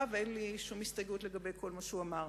ואין לי שום הסתייגות מכל מה שהוא אמר,